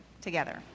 together